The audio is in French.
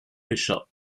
pêcha